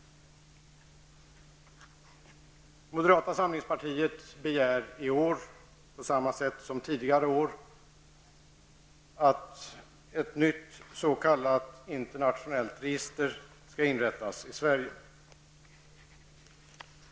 Vi i moderata samlingspartiet begär i år, liksom vi har gjort tidigare år, att ett nytt s.k. internationellt register inrättas i Sverige.